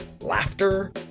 laughter